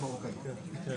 מה